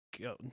Go